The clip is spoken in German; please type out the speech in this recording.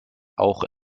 auch